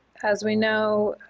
as we know,